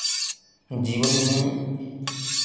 जीवन में